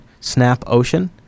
SnapOcean